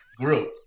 group